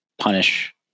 punish